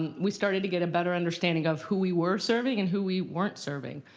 and we started to get a better understanding of who we were serving and who we weren't serving.